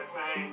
say